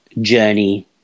journey